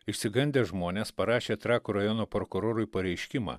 išsigandę žmonės parašė trakų rajono prokurorui pareiškimą